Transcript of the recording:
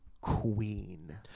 queen